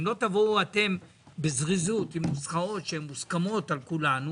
אם לא תבואו אתם בזריזות עם נוסחאות שהן מוסכמות על כולנו